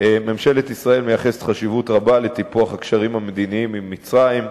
ממשלת ישראל מייחסת חשיבות רבה לטיפוח הקשרים המדיניים עם מצרים,